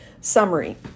Summary